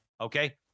Okay